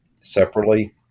separately